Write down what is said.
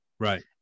Right